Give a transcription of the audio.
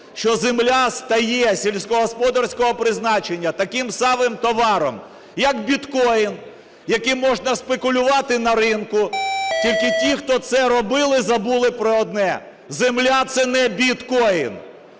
що земля стає сільськогосподарського призначення таким самим товаром, як біткоїн, яким можна спекулювати на ринку… Тільки ті, хто це робили, забули про одне: земля – це не біткоїн!